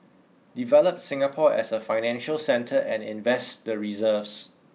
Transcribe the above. develop Singapore as a financial centre and invest the reserves